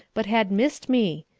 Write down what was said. but had missed me.